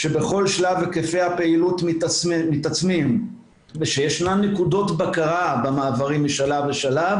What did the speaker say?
שבכל שלב היקפי הפעילות מתעצמים ושישנן נקודות בקרה במעברים משלב לשלב